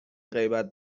غیبت